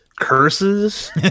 curses